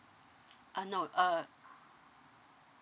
uh no uh